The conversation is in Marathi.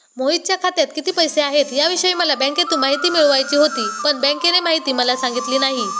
मोहितच्या खात्यात किती पैसे आहेत याविषयी मला बँकेतून माहिती मिळवायची होती, पण बँकेने माहिती मला सांगितली नाही